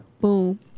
boom